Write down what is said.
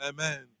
Amen